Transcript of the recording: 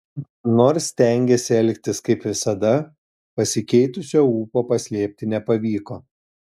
nors stengėsi elgtis kaip visada pasikeitusio ūpo paslėpti nepavyko